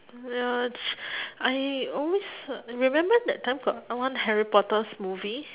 ya ch~ I always uh remember that time got one harry-potter's movie